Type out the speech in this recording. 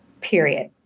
period